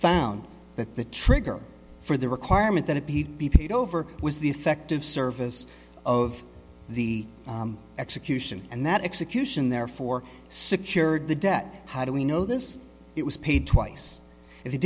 found that the trigger for the requirement that it be to be paid over was the effective service of the execution and that execution therefore secured the debt how do we know this it was paid twice if